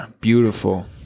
Beautiful